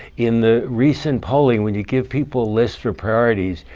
in the recent polling, when you give people lists for priorities,